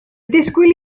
disgwyl